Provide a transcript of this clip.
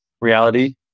reality